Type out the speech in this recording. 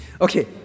Okay